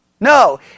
No